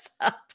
up